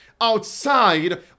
Outside